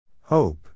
Hope